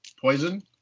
poison